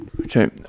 okay